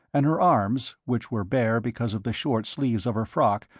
and her arms, which were bare because of the short sleeves of her frock,